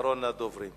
ולכן אתה אחרון הדוברים.